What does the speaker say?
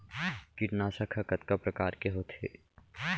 कीटनाशक ह कतका प्रकार के होथे?